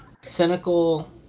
cynical